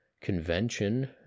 convention